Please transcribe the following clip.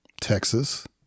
Texas